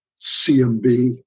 CMB